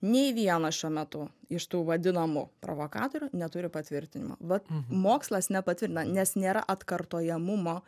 nei vienas šiuo metu iš tų vadinamų provokatorių neturi patvirtinimo vat mokslas nepatvirtina nes nėra atkartojamumo